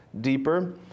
deeper